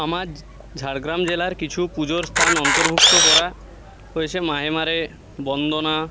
আমার ঝাড়গ্রাম জেলার কিছু পুজোর স্থান অন্তর্ভুক্ত করা হয়েছে মাহেমারে বন্দনা